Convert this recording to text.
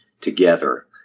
together